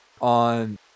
on